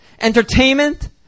entertainment